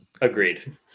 Agreed